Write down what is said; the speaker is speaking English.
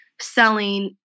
selling